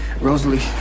Rosalie